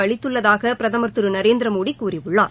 அளித்துள்ளதாக பிரதமர் திரு நரேந்திரமோடி கூறியுள்ளார்